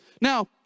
now